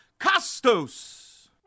Costos